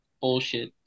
Bullshit